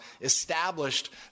established